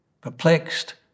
perplexed